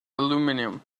aluminium